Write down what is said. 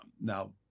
now